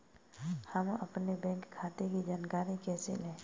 हम अपने बैंक खाते की जानकारी कैसे लें?